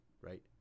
right